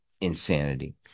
insanity